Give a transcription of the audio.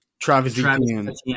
Travis